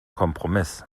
kompromiss